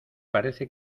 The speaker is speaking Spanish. parece